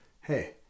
Hey